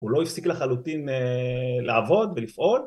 הוא לא הפסיק לחלוטין לעבוד ולפעול